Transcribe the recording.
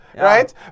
right